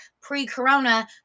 pre-Corona